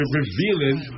revealing